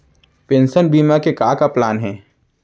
Pension बीमा के का का प्लान हे?